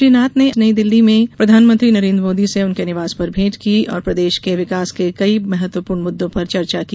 श्री नाथ ने नई दिल्ली में प्रधानमंत्री नरेन्द्र मोदी से उनके निवास पर भेंट की और प्रदेश के विकास के कई महत्वपूर्ण मुद्दों पर चर्चा की